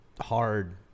hard